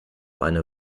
eine